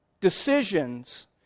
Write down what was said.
decisions